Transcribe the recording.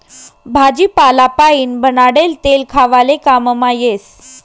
भाजीपाला पाइन बनाडेल तेल खावाले काममा येस